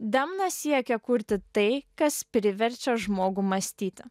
demna siekia kurti tai kas priverčia žmogų mąstyti